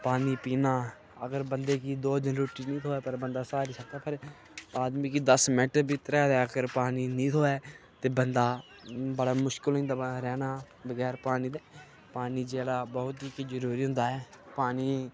पानी पीना अगर बंदे गी दो दिन रुट्टी नी थ्होऐ ते बंदा साह्री सकदा पर आदमी गी दस मैंट बी त्रेहाए दा अगर पानी नी थ्होऐ ते बंदा बड़ा मुश्कल होई जंदा रैह्ना बगैर पानी दे पानी जेह्ड़ा बोह्त ही जरूरी होंदा ऐ पानी